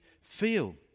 feel